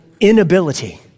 inability